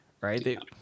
Right